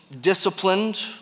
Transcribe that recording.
disciplined